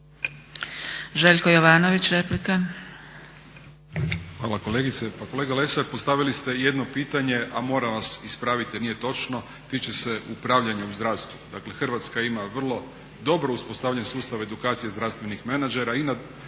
replika. **Jovanović, Željko (SDP)** Hvala kolegice. Pa kolega Lesar postavili ste jedno pitanje, a moram vas ispraviti jer nije točno, tiče se upravljanja u zdravstvu. Dakle, Hrvatska ima vrlo dobro uspostavljen sustav edukacije zdravstvenih menadžera i na